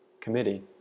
committee